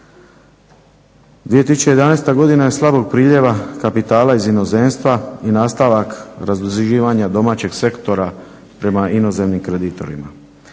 2011. godina je godina slabog priljeva kapitala iz inozemstva i nastavak razduživanja domaćeg sektora prema inozemnim kreditorima.